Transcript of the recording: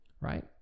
right